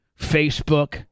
Facebook